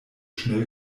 schnell